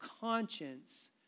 conscience